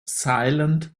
silent